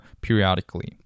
periodically